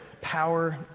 power